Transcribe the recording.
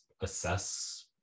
assess